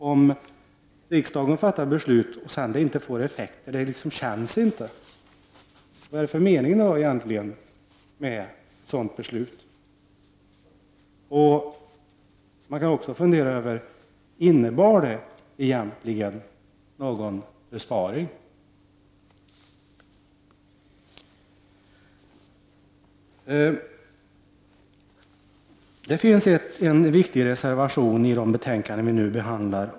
Om riksdagen fattar beslut och det sedan inte får effekt, vad är det då egentligen för mening med ett sådant beslut? Man kan också fundera över om detta verkligen innebar någon besparing. Det finns en viktig reservation i ett av de betänkanden som vi nu behandlar.